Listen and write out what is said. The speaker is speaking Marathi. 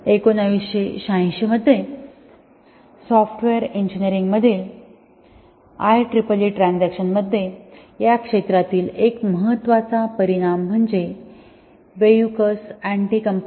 1986 मध्ये सॉफ्टवेअर इंजिनीरिंग मधील IEEE ट्रान्सक्शन मध्ये या क्षेत्रातील एक महत्त्वाचा परिणाम म्हणजे Weyukars Anticomposition axiom